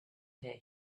here